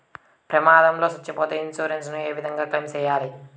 ప్రమాదం లో సచ్చిపోతే ఇన్సూరెన్సు ఏ విధంగా క్లెయిమ్ సేయాలి?